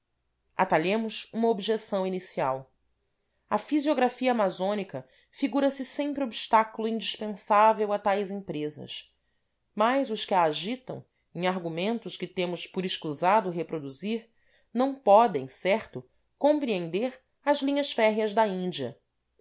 atalhemos uma objeção inicial a fisiografia amazônica figura se sempre obstáculo indispensável a tais empresas mas os que a agitam em argumentos que temos por escusado reproduzir não podem certo compreender as linhas férreas da índia